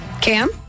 Cam